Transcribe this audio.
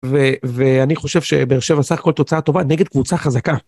ו... ואני חושב שבאר שבע סך הכל תוצאה טובה נגד קבוצה חזקה.